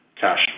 cash